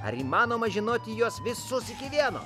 ar įmanoma žinoti juos visus iki vieno